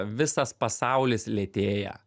visas pasaulis lėtėja